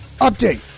update